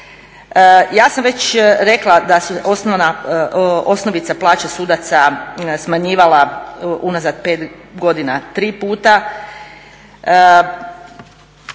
Ja sam već rekla da se osnovica plaća sudaca smanjivala unazad 5 godina tri puta.